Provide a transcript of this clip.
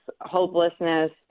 hopelessness